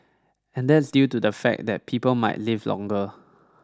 and that's due to the fact that people might live longer